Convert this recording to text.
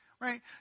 right